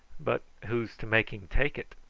but who's to make him take it?